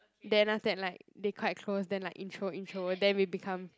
then after that like they quite close then like intro intro then we become